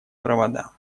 провода